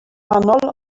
wahanol